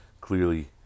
clearly